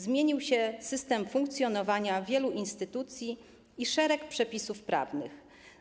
Zmienił się system funkcjonowania wielu instytucji i szereg przepisów prawnych.